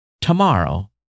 tomorrow